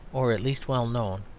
or at least well known,